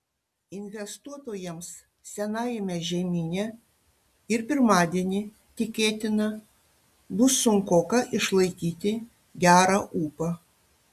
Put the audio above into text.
investuotojams senajame žemyne ir pirmadienį tikėtina bus sunkoka išlaikyti gerą ūpą